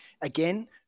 again